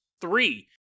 three